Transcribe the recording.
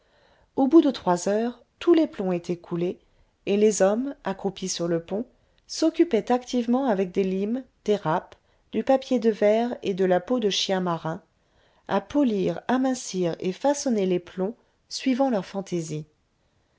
au bout de trois heures tous les plombs étaient coulés et les hommes accroupis sur le pont s'occupaient activement avec des limes des râpes du papier de verre et de la peau de chien marin à polir amincir et façonner les plombs suivant leurs fantaisies